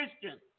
Christians